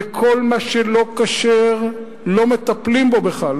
וכל מה שלא כשר, לא מטפלים בו בכלל.